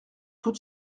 tout